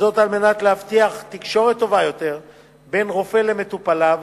וזאת על מנת להבטיח תקשורת טובה יותר בין רופא למטופליו,